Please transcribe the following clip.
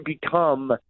become